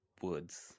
woods